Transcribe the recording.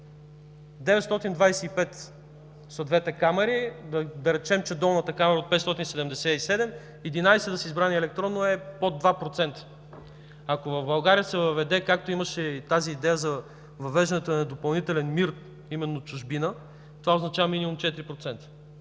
пет са в двете камари, да речем, че долната камара е от 577 – 11 да са избрани електронно, е под 2%. Ако в България се въведе, както имаше и тази идея за въвеждането на допълнителен МИР, именно от чужбина, това означава минимум 4%,